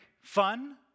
fun